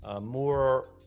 more